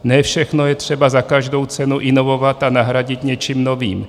Ne všechno je třeba za každou cenu inovovat a nahradit něčím novým.